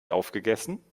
aufgegessen